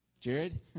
Jared